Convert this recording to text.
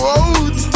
out